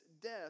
death